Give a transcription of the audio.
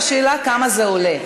השאלה היא כמה זה עולה.